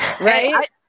Right